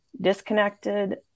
disconnected